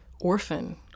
orphan